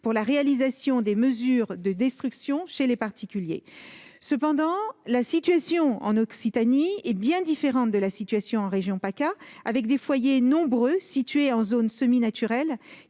pour la réalisation des mesures de destruction chez les particuliers. Cependant, la situation en Occitanie est bien différente de celle que l'on observe en région PACA : de nombreux foyers sont situés en zones semi-naturelles